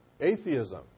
atheism